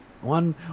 one